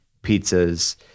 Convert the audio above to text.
pizzas